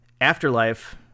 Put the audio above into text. Afterlife